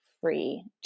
free